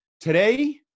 today